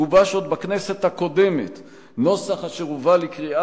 גובש עוד בכנסת הקודמת נוסח אשר הובא לקריאה